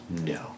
no